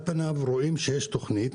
ועל פניו רואים שיש תוכנית